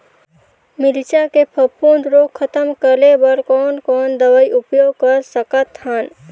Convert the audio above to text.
मिरचा के फफूंद रोग खतम करे बर कौन कौन दवई उपयोग कर सकत हन?